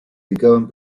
dedicaban